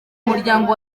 muryango